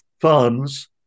funds